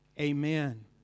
amen